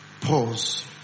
pause